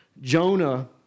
Jonah